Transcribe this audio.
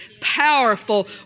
powerful